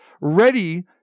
ready